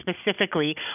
specifically